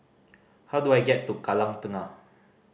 how do I get to Kallang Tengah